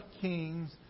kings